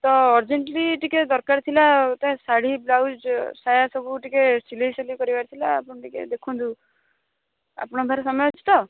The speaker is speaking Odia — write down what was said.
ତ ଅର୍ଜେଣ୍ଟଲି ଟିକିଏ ଦରକାର ଥିଲା ଆଉ ତା ଶାଢ଼ୀ ବ୍ଲାଉଜ୍ ସାୟା ସବୁ ଟିକିଏ ସିଲେଇ ସାଲେଇ କରିବାର ଥିଲା ଆପଣ ଟିକେ ଦେଖନ୍ତୁ ଆପଣଙ୍କର ସମୟ ଅଛି ତ